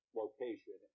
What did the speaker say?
location